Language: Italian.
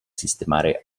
sistemare